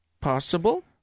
Possible